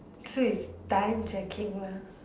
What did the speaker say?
so is time checking lah